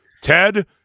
Ted